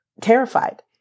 terrified